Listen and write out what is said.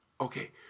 okay